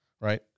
right